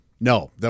No